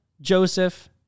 Joseph